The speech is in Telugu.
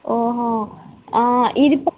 ఓహో ఇది బా